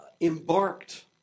embarked